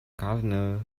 gardener